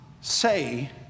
say